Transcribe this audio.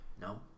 No